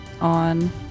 on